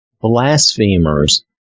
blasphemers